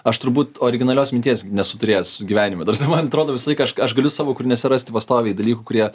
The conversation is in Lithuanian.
aš turbūt originalios minties nesu turėjęs gyvenime ta prasme man atrodo visą laiką aš aš galiu savo kūriniuose rasti pastoviai dalykų kurie